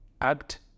act